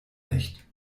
nicht